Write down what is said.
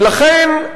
ולכן,